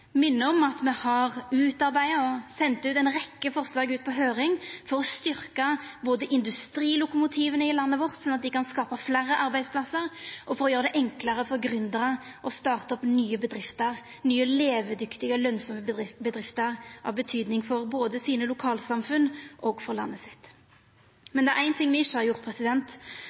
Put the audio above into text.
om at me har utarbeidd og sendt ei rekkje forslag ut på høyring både for å styrkja industrilokomotiva i landet vårt, slik at dei kan skapa fleire arbeidsplassar, og for å gjera det enklare for gründerar å starta opp nye bedrifter, nye levedyktige, lønsame bedrifter av betyding både for lokalsamfunna sine og for landet sitt. Men det er ein ting me ikkje har gjort.